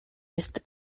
jest